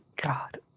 God